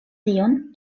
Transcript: tion